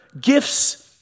gifts